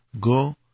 go